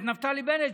את נפתלי בנט,